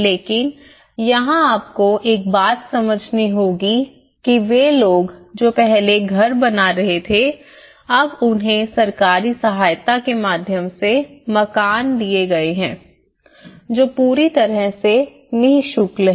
लेकिन यहां आपको एक बात समझनी होगी कि वे लोग जो पहले घर बना रहे थे अब उन्हें सरकारी सहायता के माध्यम से मकान दिए गए हैं जो पूरी तरह से नि शुल्क है